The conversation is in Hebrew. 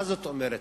מה זאת אומרת?